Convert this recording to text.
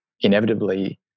inevitably